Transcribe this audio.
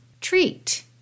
treat